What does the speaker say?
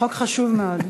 חוק חשוב מאוד.